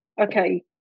okay